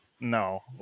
no